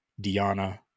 diana